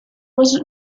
was